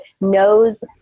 knows